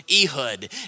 Ehud